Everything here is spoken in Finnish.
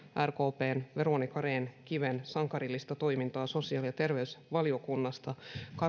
rkpn veronica rehn kiven sankarillista toimintaa sosiaali ja terveysvaliokunnassa